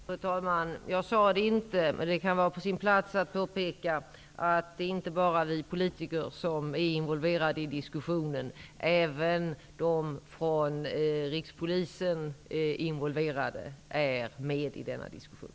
Fru talman! Jag sade det inte tidigare, men det kan vara på sin plats att påpeka att det inte bara är vi politiker som är involverade i diskussionen. Även representanter från Rikspolisstyrelsen är involverade och deltar i denna diskussion.